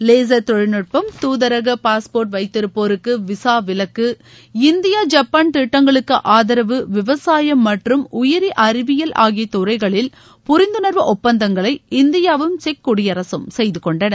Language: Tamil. லேசர் தொழில் நுட்பம் தூதரக பாஸ்போா்ட் வைத்திருப்போருக்கு விசா விலக்கு இந்தியா ஐப்பான் திட்டங்களுக்கு ஆதரவு விவசாயம் மற்றும் உயிரி அறிவியல் ஆகிய துறைகளில் புரிந்துணா்வு ஒப்பந்தங்களை இந்தியாவும் செக் குடியரசும் செய்துகொண்டன